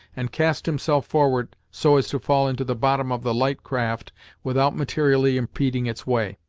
and cast himself forward so as to fall into the bottom of the light craft without materially impeding its way.